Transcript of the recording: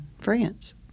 France